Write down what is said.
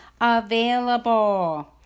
available